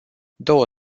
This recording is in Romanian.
două